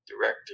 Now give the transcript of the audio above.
director